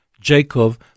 Jacob